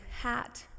hat